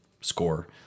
score